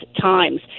times